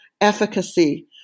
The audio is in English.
efficacy